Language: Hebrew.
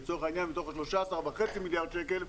או לצורך העניין מתוך ה-13.5 מיליארד שקל,